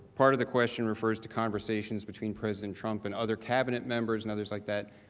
part of the question refers to conversations between president trump and other cabinet members and others like that.